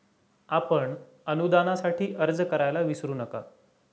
आपण अनुदानासाठी अर्ज करायला विसरू नका